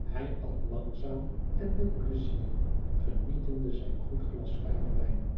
hij at langzaam en met pleizier genietende zijn goed glas fijnen wijn